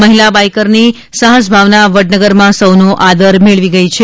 મહિલા બાઇકરની સાહસભાવના વડનગરમાં સૌનો આદર મેળવી ગઇ છે